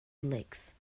licks